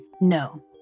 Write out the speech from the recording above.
no